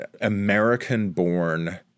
American-born